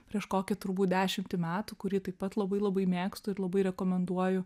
prieš kokią turbūt dešimtį metų kurį taip pat labai labai mėgstu ir labai rekomenduoju